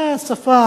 זו שפה.